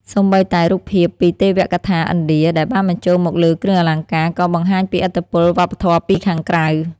សូម្បីតែ រូបភាពពីទេវកថាឥណ្ឌា ដែលបានបញ្ចូលមកលើគ្រឿងអលង្ការ ក៏បង្ហាញពីឥទ្ធិពលវប្បធម៌ពីខាងក្រៅ។